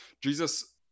jesus